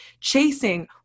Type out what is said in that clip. chasing